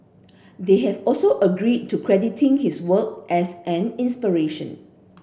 they have also agreed to crediting his work as an inspiration